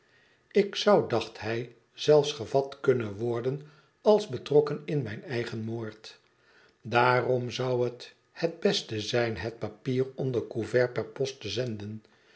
ik zou dacht hij zel gevat kunnen worden als betrokken in mijn eigen moord daarom zou het het beste zijn het papier onder couvert per post te zenden